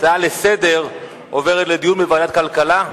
ההצעה לסדר-היום עוברת לדיון בוועדת הכלכלה.